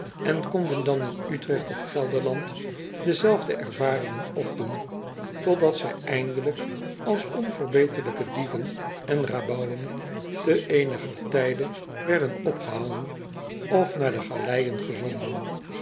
en konden dan in trecht of elderland dezelfde ervaringen opdoen totdat zij eindelijk als onverbeterlijke dieven en rabauwen te eeniger tijde werden opgehangen of naar de galeijen gezonden